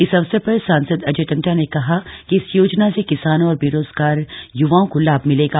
इस अवसर पर सांसद अजय टम्टा ने कहा कि इस योजना से किसानों और बेरोजगार युवाओं को लाभ मिल सकेगा